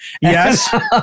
Yes